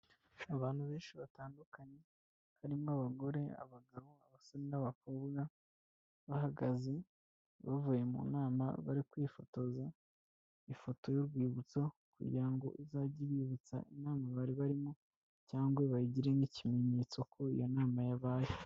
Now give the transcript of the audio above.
Abantu benshi batandukanye, barimo abagore, abagabo, abasore n'abakobwa, bahagaze bavuye mu nama bari kwifotoza, ifoto y'urwibutso kugira ngo izajye ibibutsa inama bari barimo cyangwa bayigire n'ikimenyetso ko iyo nama yabaye.